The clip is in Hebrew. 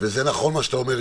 וזה נכון מה שאתה אומר,